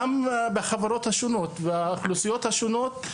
גם בחברות השונות והאוכלוסיות השונות,